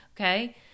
Okay